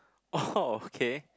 oh okay